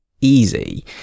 easy